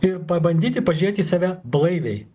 ir pabandyti pažiūrėt į save blaiviai